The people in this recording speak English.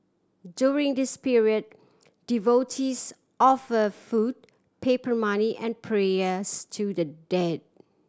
during this period devotees offer food paper money and prayers to the dead